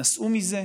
"נסעו מזה",